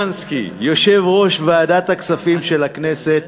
יושב-ראש ועדת הכספים של הכנסת,